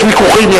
יש ויכוחים,